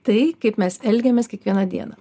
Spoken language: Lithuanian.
tai kaip mes elgiamės kiekvieną dieną